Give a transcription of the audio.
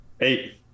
Eight